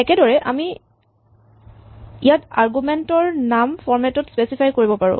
একেদৰেই ইয়াত আমি আৰগুমেন্ট ৰ নাম ফৰমেট ত স্পেচিফাই কৰিব পাৰো